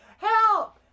help